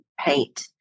paint